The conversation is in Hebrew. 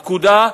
הפקודה,